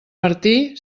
martí